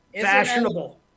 Fashionable